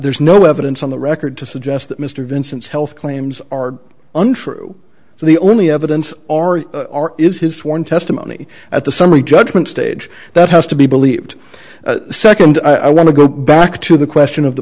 there's no evidence on the record to suggest that mr vincent's health claims are untrue so the only evidence is his sworn testimony at the summary judgment stage that has to be believed second i want to go back to the question of the